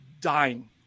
dying